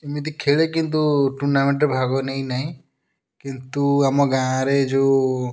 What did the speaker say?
ଏମିତି ଖେଳେ କିନ୍ତୁ ଟୁର୍ଣ୍ଣାମେଣ୍ଟ୍ରେ ଭାଗ ନେଇନାହିଁ କିନ୍ତୁ ଆମ ଗାଁରେ ଯେଉଁ